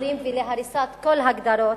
המצורים והריסת כל הגדרות.